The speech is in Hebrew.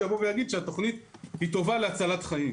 יבוא ויגיד שהתכנית היא טובה להצלת חיים.